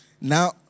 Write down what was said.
Now